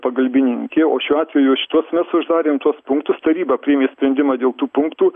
pagalbininkė o šiuo atveju šituos mes uždarėm tuos punktus taryba priėmė sprendimą dėl tų punktų